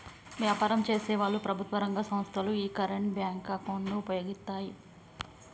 వ్యాపారం చేసేవాళ్ళు, ప్రభుత్వం రంగ సంస్ధలు యీ కరెంట్ బ్యేంకు అకౌంట్ ను వుపయోగిత్తాయి